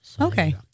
Okay